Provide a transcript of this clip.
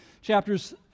Chapters